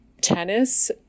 tennis